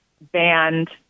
banned